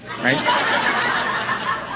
right